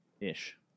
ish